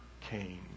Cain